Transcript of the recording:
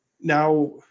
now